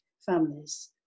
families